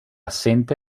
assente